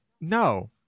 no